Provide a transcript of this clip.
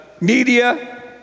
media